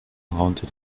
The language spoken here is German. raunte